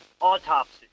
autopsy